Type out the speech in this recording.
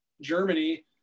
Germany